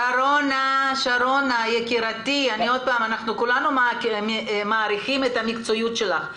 שרונה, יקירתי, כולנו מעריכים את המקצועיות שלך.